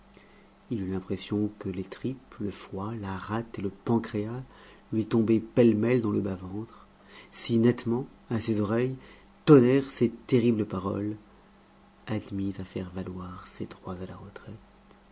il eut l'impression que les tripes le foie la rate et le pancréas lui tombaient pêle-mêle dans le bas-ventre si nettement à ses oreilles tonnèrent ces terribles paroles admis à faire valoir ses droits à la retraite